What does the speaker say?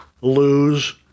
lose